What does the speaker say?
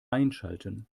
einschalten